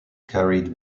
carried